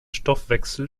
stoffwechsel